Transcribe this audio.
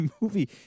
movie